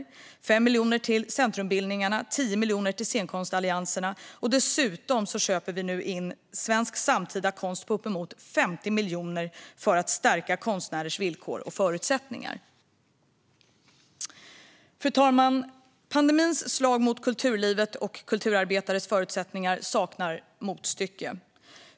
Det är 5 miljoner till centrumbildningarna, och 10 miljoner till scenkonstallianserna. Dessutom köper vi nu in svensk samtida konst för uppemot 50 miljoner för att stärka konstnärers villkor och förutsättningar. Fru talman! Pandemins slag mot kulturlivet och kulturarbetares förutsättningar saknar motstycke.